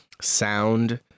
sound